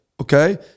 okay